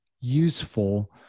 useful